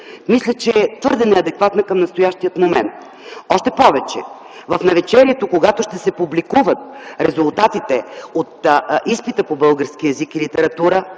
мисля, че е твърде неадекватна към настоящия момент. Още повече, в навечерието, когато ще се публикуват резултатите от изпита по български език и литература,